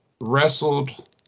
wrestled